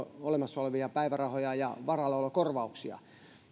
olemassa olevia päivärahoja ja varallaolokorvauksia